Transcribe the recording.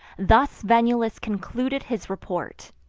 thus venulus concluded his report.